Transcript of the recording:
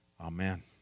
amen